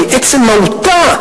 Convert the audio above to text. מעצם מהותה,